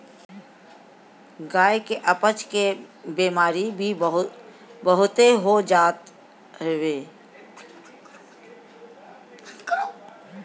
गाई के अपच के बेमारी भी बहुते हो जात हवे